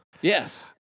Yes